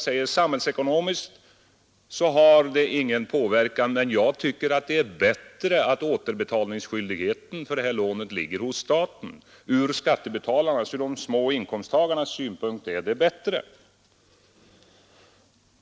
Sam hällsekon omiskt spelar det ingen roll, men jag tycker att det från skattebetalarnas och de små inkomsttagarnas synpunkt är bättre att återbetalningsskyldigheten för detta lån ligger hos staten.